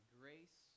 grace